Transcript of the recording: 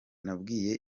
nabwiye